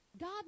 God